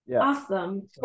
awesome